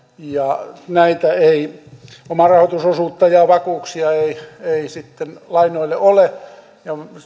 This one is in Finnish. ja omarahoitusosuutta ja vakuuksia ei ei sitten lainoille ole